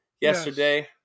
yesterday